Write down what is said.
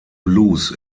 blues